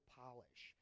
polish